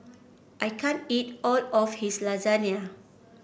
I can't eat all of his Lasagne